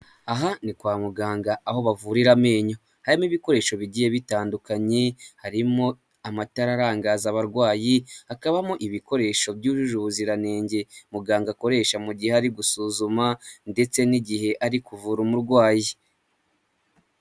Aha ni kwa muganga aho bavurira amenyo, harimo ibikoresho bigiye bitandukanye, harimo amatara arangaza abarwayi, hakabamo ibikoresho byujuje ubuziranenge muganga akoresha mu gihe ari gusuzuma ndetse n'igihe ari kuvura umurwayi.